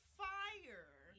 fire